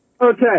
Okay